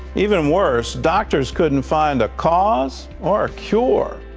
even worse, doctors couldn't find the cause or a cure.